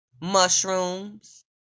mushrooms